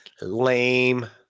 Lame